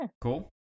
Cool